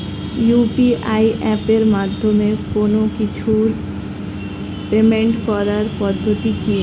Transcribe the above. UPI এপের মাধ্যমে কোন কিছুর পেমেন্ট করার পদ্ধতি কি?